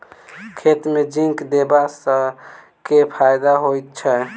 खेत मे जिंक देबा सँ केँ फायदा होइ छैय?